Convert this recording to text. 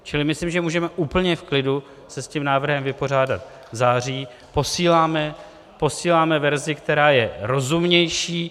Čili myslím, že můžeme úplně v klidu se s tím návrhem vypořádat v září, posíláme verzi, která je rozumnější.